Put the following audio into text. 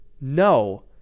No